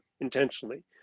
intentionally